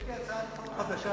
יש לי הצעת חוק חדשה.